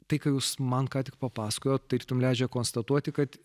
tai ką jūs man ką tik papasakojot tarytum leidžia konstatuoti kad